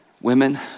Women